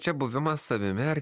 čia buvimas savimi ar